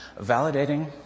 validating